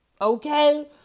okay